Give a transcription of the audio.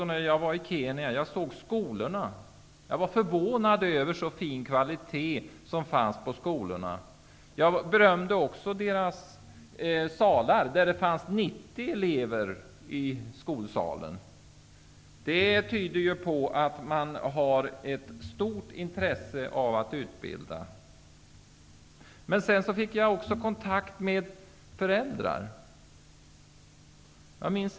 När jag var i Kenya och såg deras skolor blev jag förvånad över deras fina kvalitet. Jag berömmer också deras skolsalar, med 90 elever. Det tyder på ett stort intresse av att vilja utbilda elever. Jag fick också kontakt med föräldrar.